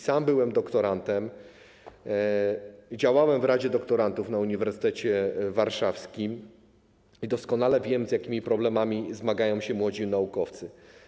Sam byłem doktorantem, działałem w radzie doktorantów na Uniwersytecie Warszawskim i doskonale wiem, z jakimi problemami zmagają się młodzi naukowcy.